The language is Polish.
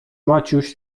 maciuś